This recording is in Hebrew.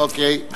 אוקיי.